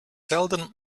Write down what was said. seldom